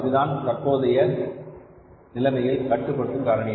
இதுதான் தற்போதைய நிலைமையில் கட்டுப்படுத்தும் காரணி